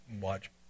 watch